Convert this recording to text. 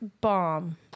Bomb